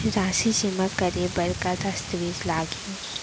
राशि जेमा करे बर का दस्तावेज लागही?